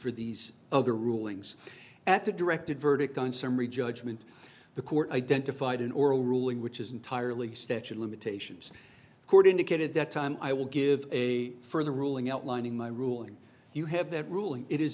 for these other rulings at a directed verdict on summary judgment the court identified an oral ruling which is entirely statue of limitations court indicated that time i will give a further ruling outlining my ruling you have that ruling it is